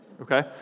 Okay